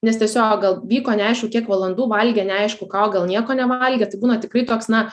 nes tiesiog gal vyko neaišku kiek valandų valgė neaišku ką o gal nieko nevalgė tai būna tikrai toks na